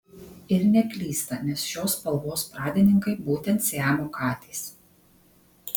ir neklysta nes šios spalvos pradininkai būtent siamo katės